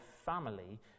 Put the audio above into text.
family